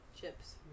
chips